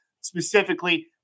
specifically